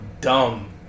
dumb